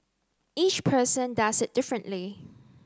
each person does it differently